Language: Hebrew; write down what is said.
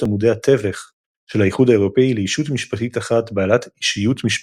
עמודי התווך של האיחוד האירופי לישות משפטית אחת בעלת אישיות משפטית.